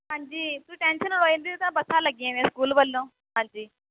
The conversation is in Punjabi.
ਹਾਂਜੀ ਤੁਸੀਂ ਟੈਸ਼ਨ ਨਾ ਲਉ ਐਨੀਆਂ ਤਾਂ ਬੱਸਾਂ ਲੱਗੀਆਂ ਵੀਆਂ ਸਕੂਲ ਵੱਲੋਂ ਹਾਂਜੀ